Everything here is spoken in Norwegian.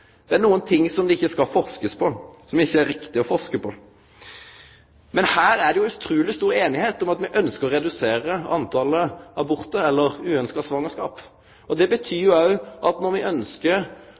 Det er nokre ting det ikkje skal forskast på, som det ikkje er riktig å forske på. Men her er det utruleg stor einigheit om at me ønskjer å redusere talet på abortar, eller uønskte svangerskap. Det betyr